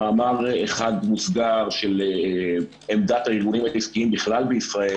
במאמר אחד מוסגר של עמדת הארגונים העסקיים בכלל בישראל